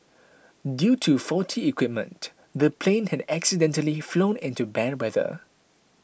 due to faulty equipment the plane had accidentally flown into bad weather